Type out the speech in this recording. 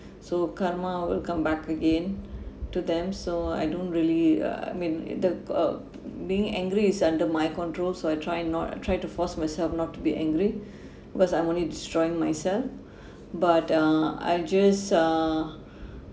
so karma will come back again to them so I don't really uh I mean uh being angry is under my control so I try not try to force myself not to be angry because I'm only destroying myself but uh I just uh